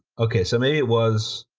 okay, so maybe it was.